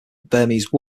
burmese